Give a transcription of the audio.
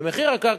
ומחיר הקרקע,